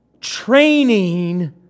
training